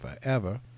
forever